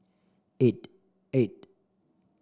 eight eight